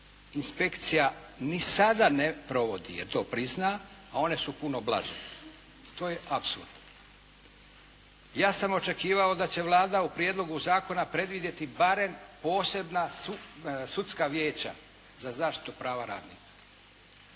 inspekcija ni sada ne provodi jer to prizna, a one su puno blaže. To je apsurd. Ja sam očekivao da će Vlada u prijedlogu zakona predvidjeti barem posebna sudska vijeća za zaštitu prava radnika,